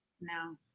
No